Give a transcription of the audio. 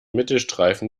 mittelstreifen